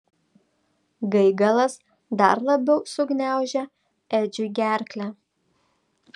gaigalas dar labiau sugniaužė edžiui gerklę